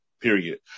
Period